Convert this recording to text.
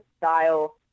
style